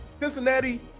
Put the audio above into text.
Cincinnati